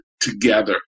together